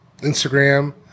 Instagram